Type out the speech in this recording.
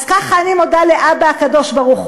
אז ככה אני מודה לאבא הקדוש-ברוך-הוא